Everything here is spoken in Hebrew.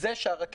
זו גם תשובה.